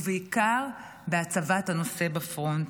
ובעיקר בהצבת הנושא בפרונט.